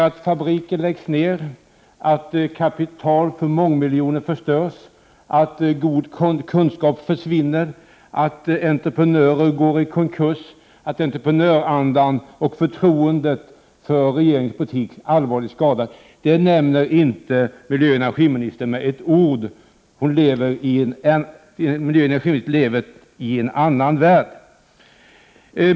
Att fabriker läggs ned, att kapital på många miljoner förstörs, att goda kunskaper försvinner, att entreprenörer går i konkurs, att entreprenörandan och förtroendet för regeringens politik allvarligt skadas nämner miljöoch energiministern inte med ett ord — hon lever i en annan värld.